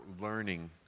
learning